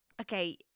okay